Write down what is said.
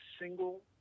single